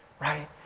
right